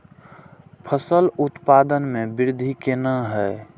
फसल उत्पादन में वृद्धि केना हैं?